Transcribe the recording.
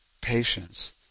Patience